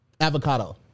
Avocado